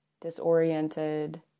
disoriented